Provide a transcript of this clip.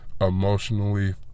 emotionally